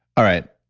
all right.